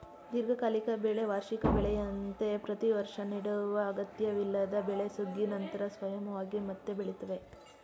ದೀರ್ಘಕಾಲಿಕ ಬೆಳೆ ವಾರ್ಷಿಕ ಬೆಳೆಯಂತೆ ಪ್ರತಿವರ್ಷ ನೆಡುವ ಅಗತ್ಯವಿಲ್ಲದ ಬೆಳೆ ಸುಗ್ಗಿ ನಂತರ ಸ್ವಯಂವಾಗಿ ಮತ್ತೆ ಬೆಳಿತವೆ